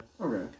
Okay